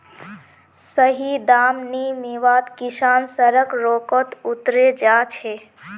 सही दाम नी मीवात किसान सड़क रोकोत उतरे जा छे